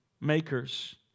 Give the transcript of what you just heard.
makers